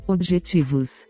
Objetivos